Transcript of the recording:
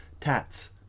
Tats